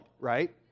right